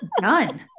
none